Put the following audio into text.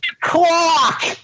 clock